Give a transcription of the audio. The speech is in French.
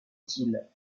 utile